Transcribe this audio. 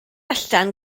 allan